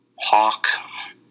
hawk